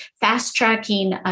fast-tracking